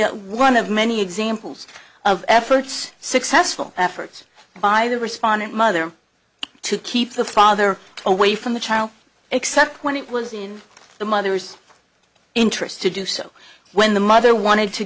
one of many examples of efforts successful efforts by the respondent mother to keep the father away from the child except when it was in the mother's interest to do so when the mother wanted to